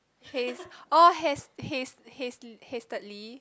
haste or has haste haste hastily